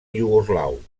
iugoslau